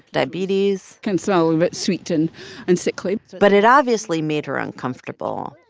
diabetes. can smell a bit sweet and and sickly but it obviously made her uncomfortable.